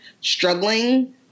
struggling